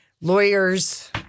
lawyers